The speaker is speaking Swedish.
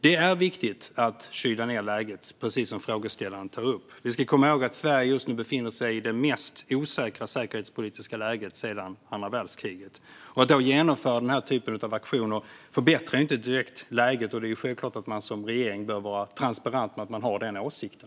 Det är viktigt att kyla ned läget, precis som frågeställaren tar upp. Vi ska komma ihåg att Sverige just nu befinner sig i det mest osäkra säkerhetspolitiska läget sedan andra världskriget. Att då genomföra den här typen av aktioner förbättrar inte direkt läget, och det är självklart att man som regering bör vara transparent med att man har den åsikten.